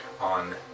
on